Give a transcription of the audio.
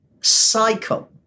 cycle